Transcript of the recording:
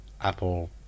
Apple